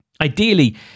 Ideally